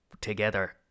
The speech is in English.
together